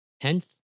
Hence